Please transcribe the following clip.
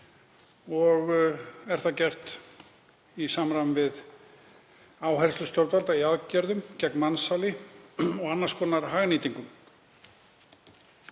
og er það gert í samræmi við áherslur stjórnvalda í aðgerðum gegn mansali og annars konar hagnýtingu.